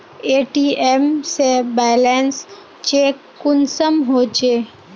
ATM से balance check कुंसम होचे?